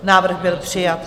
Návrh byl přijat.